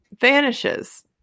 vanishes